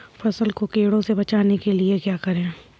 फसल को कीड़ों से बचाने के लिए क्या करें?